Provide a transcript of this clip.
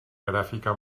gràfica